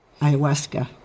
ayahuasca